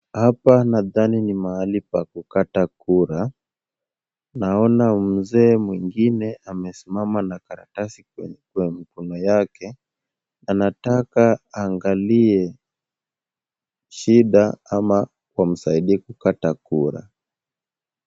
Hapa nadhani ni mahali pa kukata kura. Naona mzee mwingine amesimama na karatasi kwenye mkono yake. Anataka aangalie shida ama wamsaidie kukata kura.